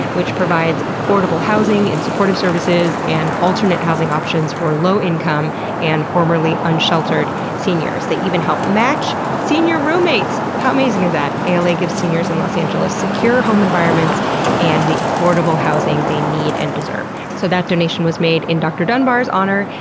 which provides affordable housing, and supportive services, and alternative housing options for low income and formerly unsheltered seniors. they even help match senior roommates! how amazing is that? ala gives seniors in los angeles secure home environments and the affordable housing they need and deserve. so that donation was made in dr. dunbar's honor,